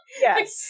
Yes